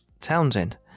Townsend